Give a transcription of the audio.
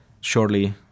shortly